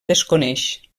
desconeix